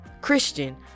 Christian